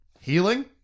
Healing